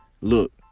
Look